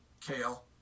kale